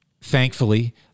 thankfully